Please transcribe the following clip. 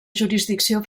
jurisdicció